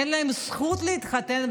שאין להם זכות להתחתן,